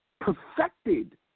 perfected